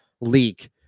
leak